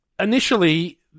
Initially